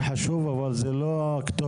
חשוב, אבל זו לא הכתובת.